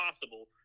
possible